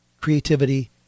creativity